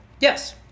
Yes